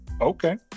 Okay